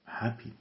happy